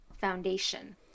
foundation